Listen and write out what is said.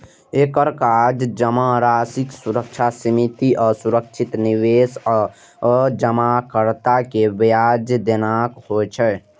एकर काज जमाराशिक सुरक्षा, सीमित आ सुरक्षित निवेश आ जमाकर्ता कें ब्याज देनाय होइ छै